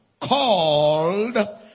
called